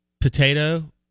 potato